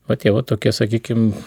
o tie vat tokie sakykim